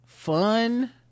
fun